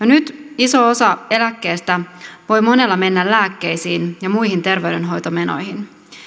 nyt iso osa eläkkeestä voi monella mennä lääkkeisiin ja muihin terveydenhoitomenoihin